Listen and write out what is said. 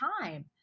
time